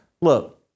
look